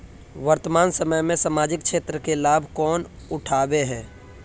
वर्तमान समय में सामाजिक क्षेत्र के लाभ कौन उठावे है?